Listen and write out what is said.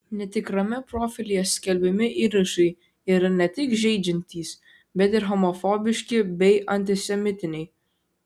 netikrame profilyje skelbiami įrašai yra ne tik žeidžiantys bet ir homofobiški bei antisemitiniai